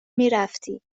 میرفتی